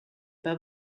pas